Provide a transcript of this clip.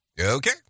Okay